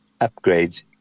upgrades